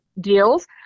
deals